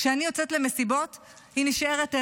כשאני יוצאת למסיבות היא נשארת ערה,